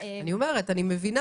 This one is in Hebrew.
אני מבינה